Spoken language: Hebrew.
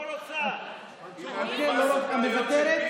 מוותרת?